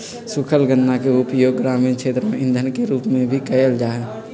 सूखल गन्ना के उपयोग ग्रामीण क्षेत्र में इंधन के रूप में भी कइल जाहई